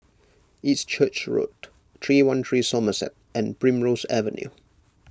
East Church Road three one three Somerset and Primrose Avenue